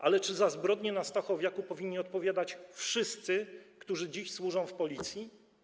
Ale czy za zbrodnie na Stachowiaku powinni odpowiadać wszyscy, którzy dziś służą w Policji?